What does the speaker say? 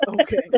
okay